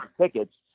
tickets